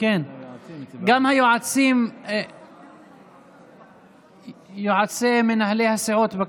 הקהילה היהודית במיאמי מתמודדות בימים הללו עם אסון נורא